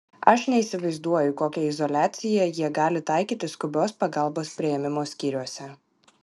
aš neįsivaizduoju kokią izoliaciją jie gali taikyti skubios pagalbos priėmimo skyriuose